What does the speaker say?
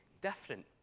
different